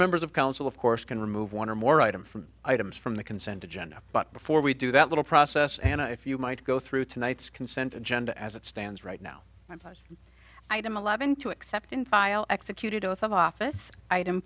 members of council of course can remove one or more items from items from the consent agenda but before we do that little process and if you might go through tonight's consent agenda as it stands right now i find item eleven to accept infile executed oath of office item